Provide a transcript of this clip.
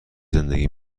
زندگی